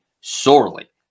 sorely